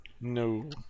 No